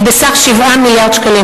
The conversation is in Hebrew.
היא 7 מיליארד שקלים.